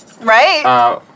right